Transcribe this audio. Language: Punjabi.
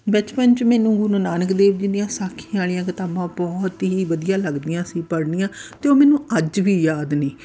ਬਚਪਨ 'ਚ ਮੈਨੂੰ ਗੁਰੂ ਨਾਨਕ ਦੇਵ ਜੀ ਦੀਆਂ ਸਾਖੀਆਂ ਵਾਲੀਆਂ ਕਿਤਾਬਾਂ ਬਹੁਤ ਹੀ ਵਧੀਆ ਲੱਗਦੀਆਂ ਸੀ ਪੜ੍ਹਨੀਆਂ ਅਤੇ ਉਹ ਮੈਨੂੰ ਅੱਜ ਵੀ ਯਾਦ ਨੇ